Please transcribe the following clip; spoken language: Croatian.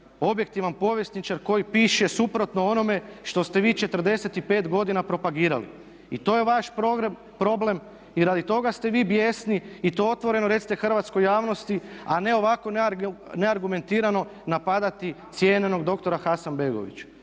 objektivan povjesničar koji piše suprotno onome što ste vi '45. godina propagirali. I to je vaš problem i radi toga ste vi bijesni i to otvoreno recite hrvatskoj javnosti a ne ovako neargumentirano napadati cijenjenog doktora Hasanbegovića.